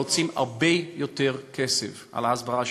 מוציאים הרבה יותר כסף על ההסברה שלהם.